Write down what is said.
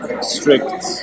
strict